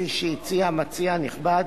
כפי שהציע המציע הנכבד,